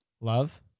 Love